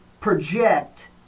project